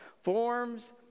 Forms